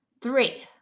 Three